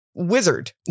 wizard